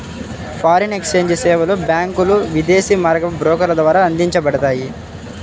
foreign exchange సేవలు బ్యాంకులు, విదేశీ మారకపు బ్రోకర్ల ద్వారా అందించబడతాయి